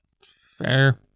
Fair